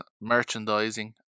merchandising